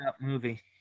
Movie